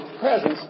presence